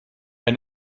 ein